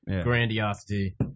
grandiosity